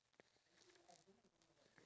vanilla